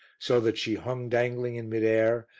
so that she hung dangling in midair,